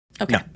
Okay